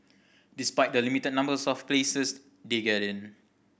despite the limited number of places they get in